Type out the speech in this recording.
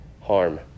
harm